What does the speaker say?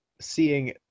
seeing